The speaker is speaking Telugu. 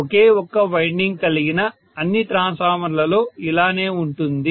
ఒకే ఒక్క వైండింగ్ కలిగిన అన్ని ట్రాన్స్ఫార్మర్లో ఇలానే ఉంటుంది